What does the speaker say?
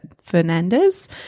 Fernandez